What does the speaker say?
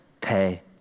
pay